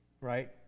right